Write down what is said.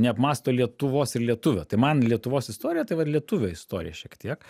neapmąsto lietuvos ir lietuvio tai man lietuvos istorija tai vat lietuvio istorija šiek tiek